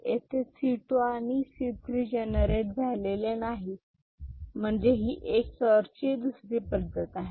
येथे C2 आणि C3 generate झालेले नाही म्हणजे ही एक XOR ची दुसरी पद्धत आहे